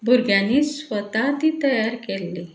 भुरग्यांनी स्वता तीं तयार केल्लीं